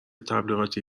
تبلیغاتی